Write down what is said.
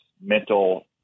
mental